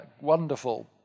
wonderful